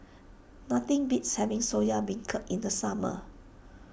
nothing beats having Soya Beancurd in the summer